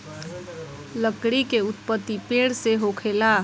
लकड़ी के उत्पति पेड़ से होखेला